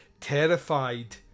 terrified